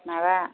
माबा